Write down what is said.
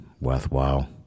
worthwhile